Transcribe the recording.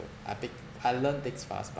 I pick I learn things fast but